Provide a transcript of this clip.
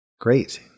Great